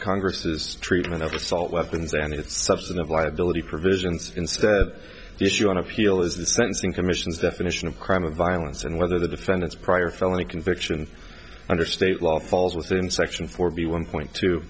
congress's treatment of assault weapons and it's substantive liability provisions instead the issue on appeal is the sentencing commission's definition of crime of violence and whether the defendants prior felony convictions under state law falls within section forty one point t